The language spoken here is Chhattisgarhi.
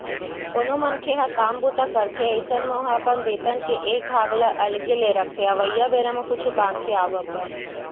कोनो मनखे ह काम बूता करथे अइसन म ओहा अपन बेतन के एक भाग ल अलगे ले रखथे अवइया बेरा म कुछु काम के आवब बर